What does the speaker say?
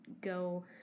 go